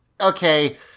Okay